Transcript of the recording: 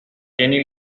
jenny